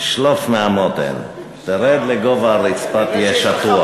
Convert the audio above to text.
שלוף מהמותן, תרד לגובה הרצפה, תהיה שטוח.